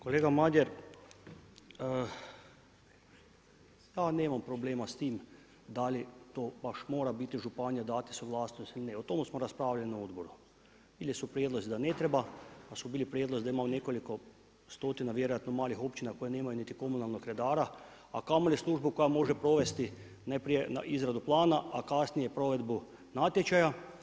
Kolega Madjer, ja nemam problema s tim da li to baš mora biti županija, … O tome smo raspravljali na odboru ili su prijedlozi da ne treba pa su bili prijedlozi da ima nekoliko stotina vjerojatno malih općina koje nemaju niti komunalnog redara, a kamoli službu koja može provesti najprije izradu plana, a kasnije provedbu natječaja.